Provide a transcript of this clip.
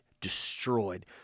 destroyed